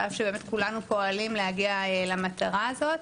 ועל אף שבאמת כולנו פועלים להגיע למטרה הזאת,